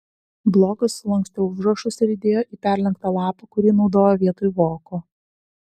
blokas sulankstė užrašus ir įdėjo į perlenktą lapą kurį naudojo vietoj voko